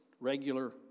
regular